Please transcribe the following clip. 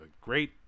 great